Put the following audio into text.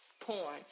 porn